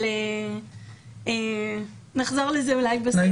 אבל נחזור לזה אולי בסוף.